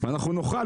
ואנו נוכל,